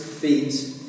feet